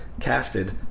casted